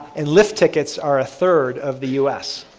and lift tickets are a third of the us.